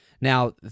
Now